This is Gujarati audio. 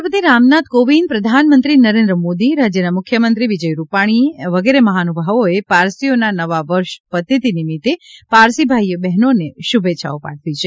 રાષ્ટ્રપતિ રામનાથ કોવિંદ પ્રધાનમંત્રી નરેન્દ્ર મોદી રાજ્યના મુખ્યમંત્રી વિજય રૂપાણીએ વગેરે મહાનુભાવોએ પારસીઓના નવા વર્ષ પતેતી નિમિત્તે પારસી ભાઇ બહેનોને શુભેચ્છાઓ પાઠવી છે